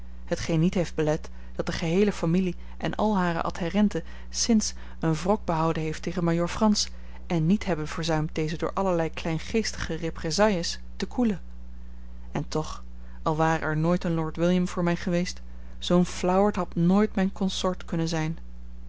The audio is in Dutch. hetgeen niet heeft belet dat de geheele familie en al hare adherenten sinds een wrok behouden heeft tegen majoor frans en niet hebben verzuimd deze door allerlei kleingeestige represailles te koelen en toch al ware er nooit een lord william voor mij geweest zoo'n flauwerd had nooit mijn consort kunnen zijn